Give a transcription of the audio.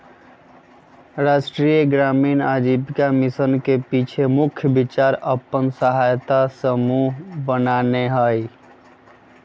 राष्ट्रीय ग्रामीण आजीविका मिशन के पाछे मुख्य विचार अप्पन सहायता समूह बनेनाइ हइ